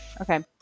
okay